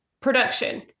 production